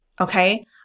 okay